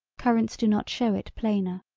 currents do not show it plainer.